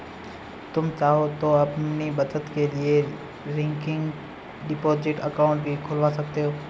तुम चाहो तो अपनी बचत के लिए रिकरिंग डिपॉजिट अकाउंट भी खुलवा सकते हो